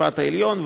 לבית-המשפט העליון,